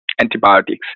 antibiotics